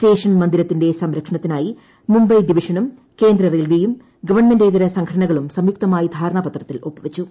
station മന്ദിരത്തിന്റെ സംരക്ഷണത്തിനായി മുംബൈ ഡിവിഷനും കേന്ദ്ര റെയിൽവേയും ഗവൺമെന്റേതര സംഘടനകളും സംയുക്തമായി ധാരണാപത്രത്തിൽ ഒപ്പുവെച്ചു